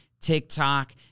TikTok